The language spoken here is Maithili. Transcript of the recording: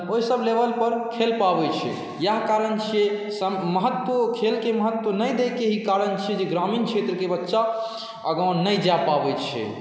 ओहिसब लेवलपर खेल पाबै छै इएह कारण छिए महत्व खेलके महत्व नहि दैके ई कारण छिए जे ग्रामीण क्षेत्रके बच्चा आगाँ नहि जा पाबै छै